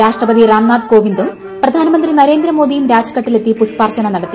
രാഷ്ട്രപതി രാം നാഥ് കോവിന്ദും പ്രധാനമന്ത്രി നരേന്ദ്ര മോദിയും രാജഘട്ടിലെത്തി പുഷ്പാർച്ചന നടത്തി